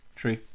true